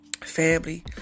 Family